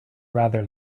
rather